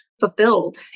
fulfilled